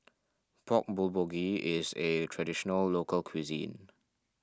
Pork Bulgogi is a Traditional Local Cuisine